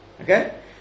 Okay